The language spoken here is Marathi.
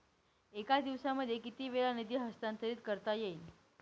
एका दिवसामध्ये किती वेळा निधी हस्तांतरीत करता येईल?